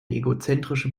egozentrische